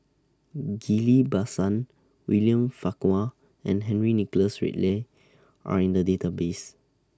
Ghillie BaSan William Farquhar and Henry Nicholas Ridley Are in The Database